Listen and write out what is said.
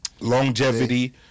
longevity